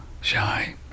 shy